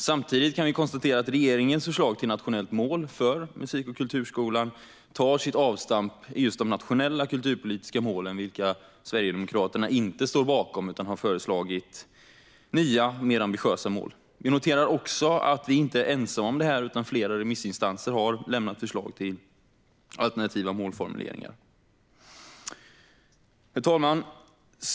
Samtidigt kan vi konstatera att regeringens förslag till nationellt mål för musik och kulturskolan tar sitt avstamp i de nationella kulturpolitiska målen, vilka SD inte står bakom utan har föreslagit nya och mer ambitiösa mål för. Vi noterar också att vi inte är ensamma om detta, utan flera remissinstanser har lämnat förslag till alternativa målformuleringar. Herr talman!